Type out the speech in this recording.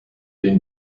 den